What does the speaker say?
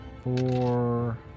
Four